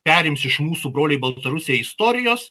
perims iš mūsų broliai baltarusiai istorijos